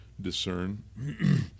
discern